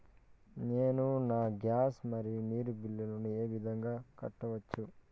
నేను నా గ్యాస్, మరియు నీరు బిల్లులను ఏ విధంగా కట్టొచ్చు?